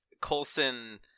colson